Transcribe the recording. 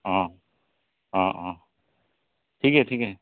অঁ অঁ অঁ ঠিকে ঠিকে